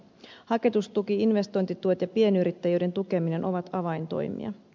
haketustuki investointituet ja pienyrittäjyyden tukeminen ovat avaintoimia